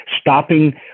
stopping